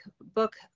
book